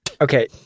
Okay